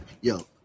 yo